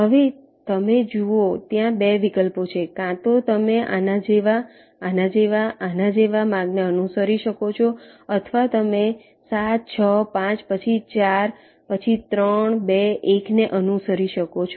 હવે તમે જુઓ ત્યાં 2 વિકલ્પો છે કાં તો તમે આના જેવા આના જેવા આના જેવા માર્ગને અનુસરી શકો છો અથવા તમે 7 6 5 પછી 4 પછી 3 2 1ને અનુસરી શકો છો